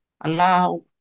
allow